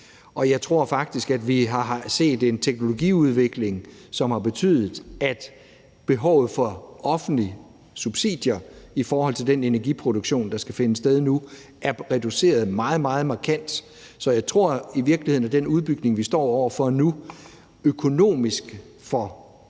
jeg tror faktisk, at vi har set en teknologiudvikling, som har betydet, at behovet for offentlige subsidier i forhold til den energiproduktion, der skal finde sted nu, er reduceret meget, meget markant. Jeg tror i virkeligheden, at den udbygning, vi står over for nu, økonomisk bliver